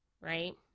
right